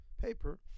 paper